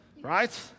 Right